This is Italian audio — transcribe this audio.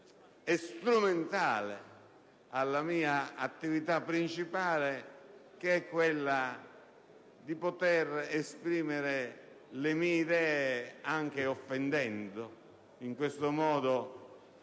strumentale alla sua attività principale che è quella di poter esprimere le sue idee, anche offendendo. In questo modo,